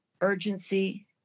urgency